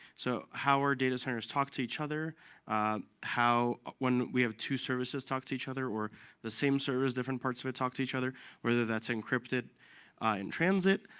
so, how our data centers talk to each other, when we have two services talk to each other, or the same service different parts of it talk to each other whether that's encrypted in transit,